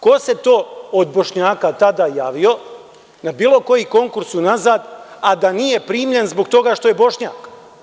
Ko se to od Bošnjaka tada javio na bilo koji konkurs unazad, a da nije primljen zbog toga što je Bošnjak?